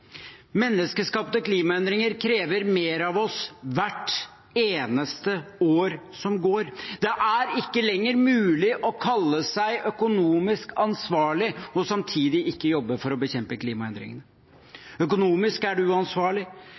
Menneskeskapte klimaendringer krever mer av oss hvert eneste år som går. Det er ikke lenger mulig å kalle seg økonomisk ansvarlig og samtidig ikke jobbe for å bekjempe klimaendringene. Økonomisk er det uansvarlig,